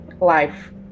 life